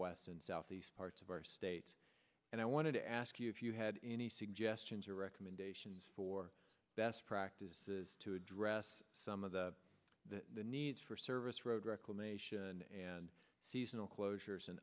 northwest and southeast parts of our state and i wanted to ask you if you had any suggestions or recommendations for best practices to address some of the needs for service road reclamation seasonal closures and